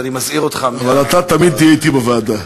אז אני מזהיר אותך, אבל אתה תמיד תהיה אתי בוועדה.